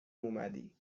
اومدی